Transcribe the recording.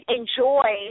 enjoy